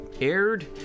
aired